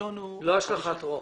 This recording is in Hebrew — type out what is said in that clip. לא השלכת רוחב.